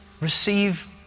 receive